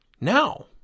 Now